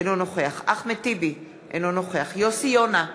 אינו נוכח אחמד טיבי, אינו נוכח יוסי יונה,